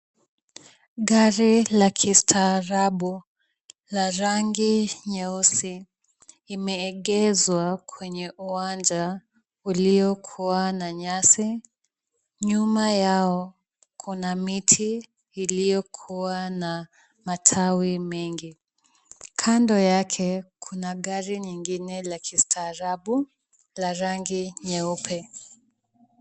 Gari la kistaarabu la rangi nyeusi limeegeshwa kwenye uwanja uliokuwa na nyasi. Nyuma yao kuna miti iliyokuwa na matawi mengi. Kando yake, kuna gari nyingine la kistaarabu la rangi nyeupe.